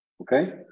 okay